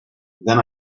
then